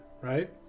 right